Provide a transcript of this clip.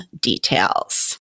details